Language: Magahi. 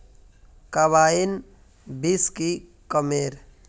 कार्बाइन बीस की कमेर?